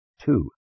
Two